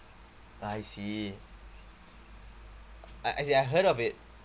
I see I as in I heard of it